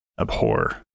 abhor